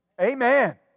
Amen